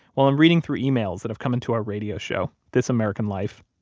while i'm reading through emails that have come into our radio show, this american life.